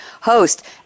Host